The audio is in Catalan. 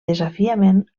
desafiament